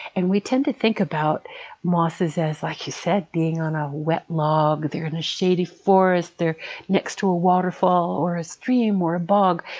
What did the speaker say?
and we tend to think about mosses as, like you said, on a wet log. they're in a shady forest. they're next to a waterfall or a stream or a bog,